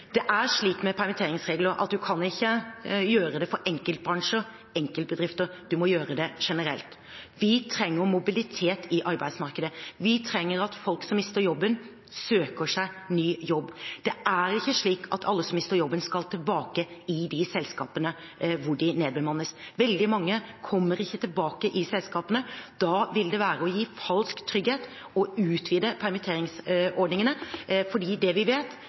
Det er slik med permitteringsregler at man kan ikke endre dem for enkeltbransjer eller enkeltbedrifter, man må gjøre det generelt. Vi trenger mobilitet i arbeidsmarkedet. Vi trenger at folk som mister jobben, søker seg ny jobb. Det er ikke slik at alle som mister jobben, skal tilbake i de selskapene hvor de nedbemannes. Veldig mange kommer ikke tilbake i selskapene. Da vil det være å gi falsk trygghet å utvide permitteringsordningene, for det vi vet,